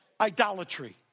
idolatry